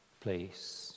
place